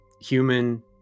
human